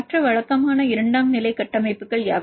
மற்ற வழக்கமான இரண்டாம் நிலை கட்டமைப்புகள் யாவை